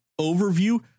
overview